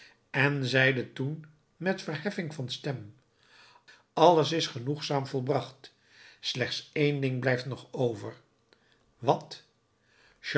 en zeide toen met verheffing van stem alles is genoegzaam volbracht slechts één ding blijft nog over wat